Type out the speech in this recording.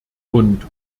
und